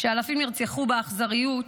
כשאלפים נרצחו באכזריות